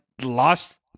lost